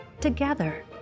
together